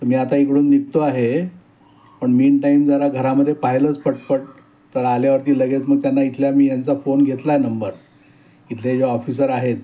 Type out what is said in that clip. तर मी आता इकडून निघतो आहे पण मीनटाईम जरा घरामध्ये पाहिलंच पटपट तर आल्यावरती लगेच मग त्यांना इथल्या मी यांचा फोन घेतला आहे नंबर इथले जे ऑफिसर आहेत